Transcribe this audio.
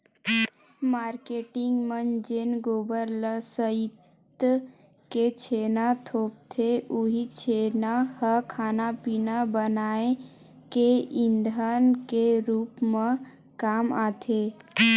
marketing मन जेन गोबर ल सइत के छेना थोपथे उहीं छेना ह खाना पिना बनाए के ईधन के रुप म काम आथे